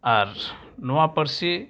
ᱟᱨ ᱱᱚᱣᱟ ᱯᱟᱹᱨᱥᱤ